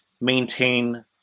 maintain